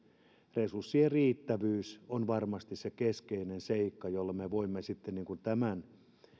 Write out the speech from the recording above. resurssien riittävyys on varmasti se keskeinen seikka jolla me voimme sitten mahdollistaa tämän